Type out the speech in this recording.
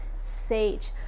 sage